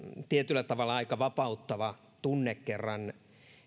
tietyllä tavalla aika vapauttava tunne kun kerran